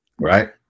Right